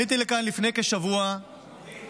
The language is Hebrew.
עליתי לכאן לפני כשבוע והצגתי